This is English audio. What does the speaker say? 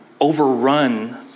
overrun